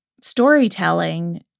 storytelling